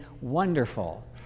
wonderful